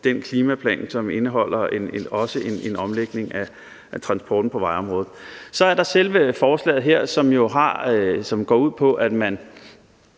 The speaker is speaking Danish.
den klimaplan, som også indeholder en omlægning af transporten på vejområdet. Så er der selve forslaget her, som går ud på, at man